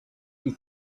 you